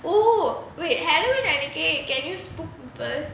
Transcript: oh wait halloween அன்னைக்கு:annaikku can you spook people